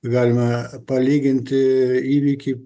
galima palyginti įvykį